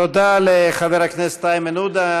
תודה לחבר הכנסת איימן עודה.